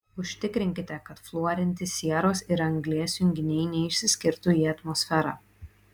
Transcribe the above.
užtikrinkite kad fluorinti sieros ir anglies junginiai neišsiskirtų į atmosferą